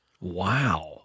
Wow